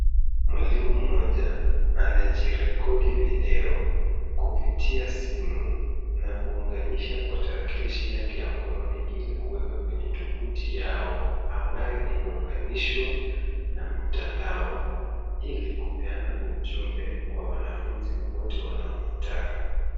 Mwalimu mmoja anajirekodi video kupitia simu na kuunganisha kwa tarakilishi yake ya mkononi ili kuweka kwenye tovuti yao ambayo imeunganuishwa na mitandao ili kupeana ujumbe kwa wanafunzi wote wanaoitaka.